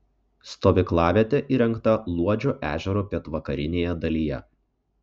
stovyklavietė įrengta luodžio ežero pietvakarinėje dalyje